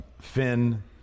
Finn